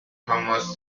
homeless